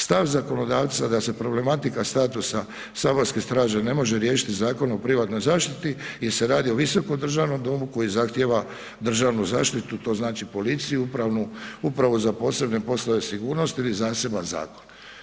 Stav zakonodavca da se problematika statusa Saborske straže ne može riješiti Zakonom o privatnoj zaštiti jer se radi o visokom državnom domu koji zahtjeva državnu zaštitu, to znači policiju upravnu upravo za posebne poslove sigurnosti ili zaseban zakon.